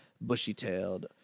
bushy-tailed